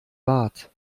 bart